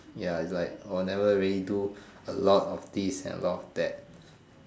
ya its like I'll never really do a lot of this and a lot of that